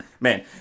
man